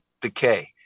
decay